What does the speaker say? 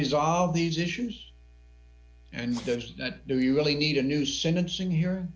resolve these issues and those that do you really need a new sentencing he